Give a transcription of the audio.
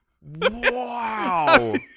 Wow